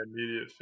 immediate